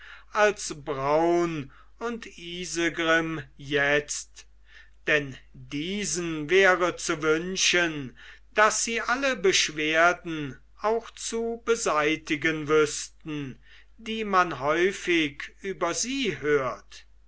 als braun und isegrim jetzt denn diesen wäre zu wünschen daß sie alle beschwerden auch zu beseitigen wüßten die man häufig über sie hört